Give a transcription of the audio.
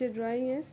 যে ড্রয়িঙের